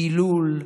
דילול,